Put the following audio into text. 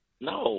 No